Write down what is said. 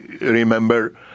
remember